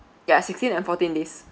ya sixteen and fourteen days